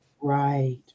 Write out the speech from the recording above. Right